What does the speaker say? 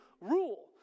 rule